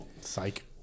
Psych